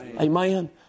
Amen